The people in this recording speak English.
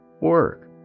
Work